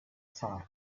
sun